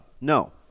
no